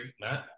Matt